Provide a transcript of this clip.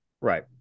Right